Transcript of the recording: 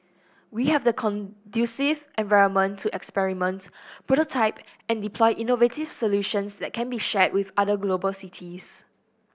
we have the conducive environment to experiment prototype and deploy innovative solutions that can be shared with other global cities